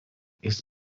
jis